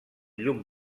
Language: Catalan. llum